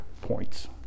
points